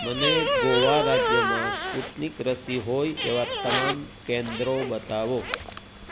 મને ગોવા રાજ્યમાં સ્પુતનિક રસી હોય એવાં તમામ કેન્દ્રો બતાવો